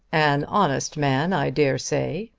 an honest man, i dare say,